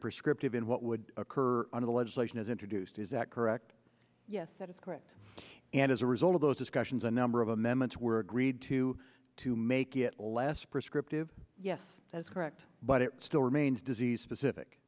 prescriptive in what would occur under the legislation is introduced is that correct yes that is correct and as a result of those discussions a number of amendments were agreed to to make it less prescriptive yes that's correct but it still remains disease specific